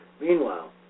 Meanwhile